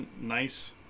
nice